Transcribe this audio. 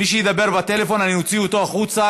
מי שידבר בטלפון אוציא אותו החוצה,